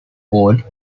called